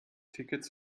tickets